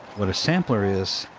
what a sampler is,